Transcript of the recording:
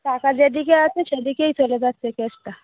টাকা যেদিকে আছে সেদিকেই চলে যাচ্ছে কেসটা